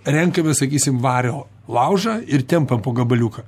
renkamės sakysim vario laužą ir tempiam po gabaliuką